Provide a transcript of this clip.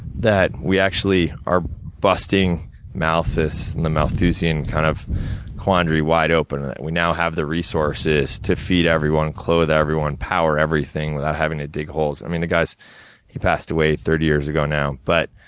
that we actually are busting malthus and the malthusian kind of quandary wide open. and that we now have the resources to feed everyone, clothe everyone, power everything, without having to dig holes. i mean, the guy's he passed away thirty years ago, now. but